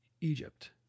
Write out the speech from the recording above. Egypt